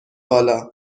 بالا